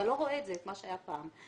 אתה לא רואה את מה שהיה פעם.